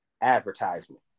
advertisement